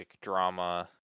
drama